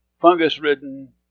fungus-ridden